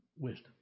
Wisdom